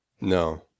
no